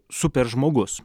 super žmogus